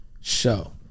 show